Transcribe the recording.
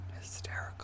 Hysterical